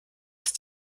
ist